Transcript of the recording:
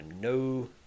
no